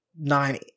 nine